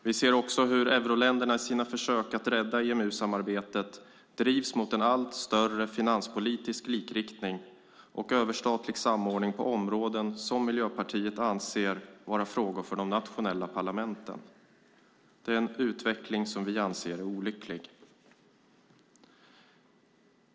Vi ser också hur euroländerna i sina försök att rädda EMU-samarbetet drivs mot en allt större finanspolitisk likriktning och överstatlig samordning på områden som Miljöpartiet anser vara frågor för de nationella parlamenten. Det är en utveckling som vi anser är olycklig.